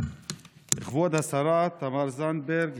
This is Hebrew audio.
כבוד השרה תמר זנדברג,